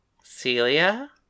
Celia